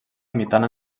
imitant